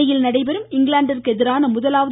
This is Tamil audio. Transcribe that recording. புனேயில் நடைபெறும் இங்கிலாந்திற்கு எதிரான முதலாவது